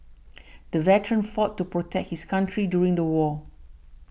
the veteran fought to protect his country during the war